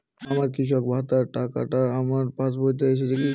আমার কৃষক ভাতার টাকাটা আমার পাসবইতে এসেছে কি?